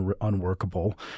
unworkable